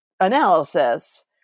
analysis